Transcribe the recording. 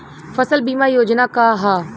फसल बीमा योजना का ह?